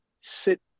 sit